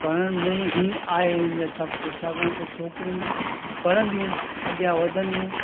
पढ़ण में ई आहे हींअर सभु कुझु छाकाणि त छोकिरियुनि पढ़दियूं अॻियां वधंदियूं